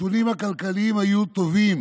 הנתונים הכלכליים היו טובים,